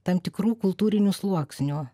tam tikrų kultūrinių sluoksnių